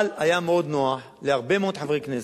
אבל היה מאוד נוח להרבה מאוד חברי כנסת,